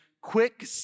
quick